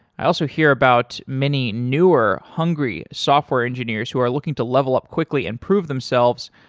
i also hear about many newer hungry software engineers who are looking to level up quickly and prove themselves,